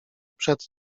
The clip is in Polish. przed